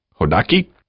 Hodaki